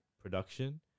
production